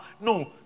No